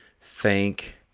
thank